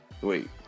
Wait